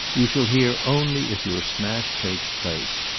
you shall hear only if your smash takes place.